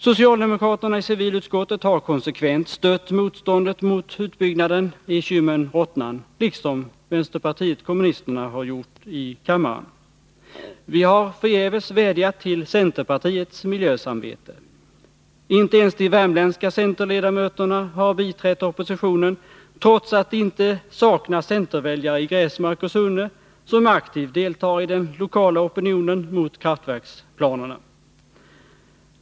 Socialdemokraterna i civilutskottet har konsekvent stött motståndet mot utbyggnaden i Kymmen-Rottnan liksom vpk har gjort i kammaren. Vi har förgäves vädjat till centerpartiets miljösamvete. Inte ens de värmländska centerledamöterna har biträtt oppositionen trots att det i Gräsmark och Sunne inte saknas centerväljare, som aktivt deltar i den lokala opinionen mot kraftverksplanerna.